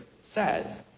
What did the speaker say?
says